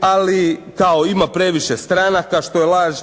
Ali kao ima previše stranaka, što je laž.